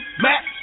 Mac